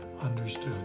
understood